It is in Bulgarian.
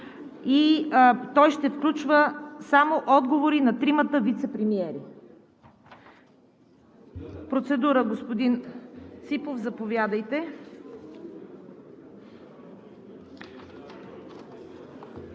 Той ще включва само отговори на тримата вицепремиери. Процедура – господин Ципов, заповядайте. КРАСИМИР